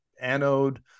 anode